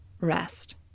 rest